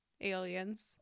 aliens